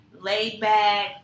laid-back